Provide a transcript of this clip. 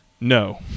No